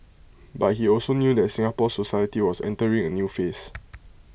but he also knew that Singapore society was entering A new phase